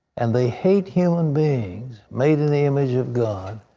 and they hate human beings, made in the image of god.